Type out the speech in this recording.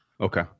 Okay